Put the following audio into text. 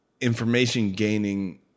information-gaining